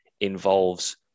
involves